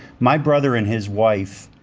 my brother and his wife,